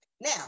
Now